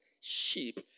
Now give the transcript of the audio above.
sheep